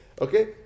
okay